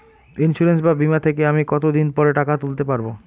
Insurance বা বিমা থেকে আমি কত দিন পরে টাকা তুলতে পারব?